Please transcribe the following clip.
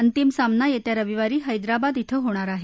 अंतिम सामना येत्या रविवारी हैदराबाद डिं होणार आहे